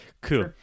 Cool